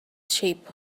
shape